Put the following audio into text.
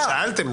רגע, שאלתם.